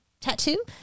tattoo